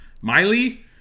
miley